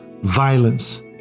violence